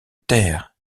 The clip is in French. terre